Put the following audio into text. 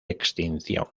extinción